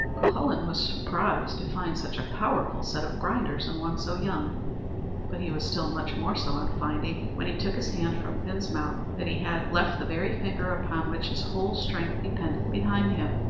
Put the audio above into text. cuhullin was surprised to find such a powerful set of grinders in one so young but he was still much more so on finding when he took his hand from fin's mouth, that he had left the very finger upon which his whole strength depended, behind him.